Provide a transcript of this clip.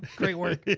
great work.